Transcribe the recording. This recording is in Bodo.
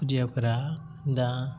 खुदियाफोरा दा